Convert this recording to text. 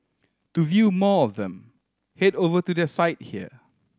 to view more of them head over to their site here